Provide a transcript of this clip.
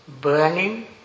burning